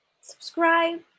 subscribe